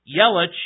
Yelich